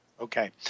Okay